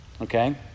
Okay